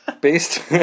Based